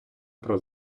про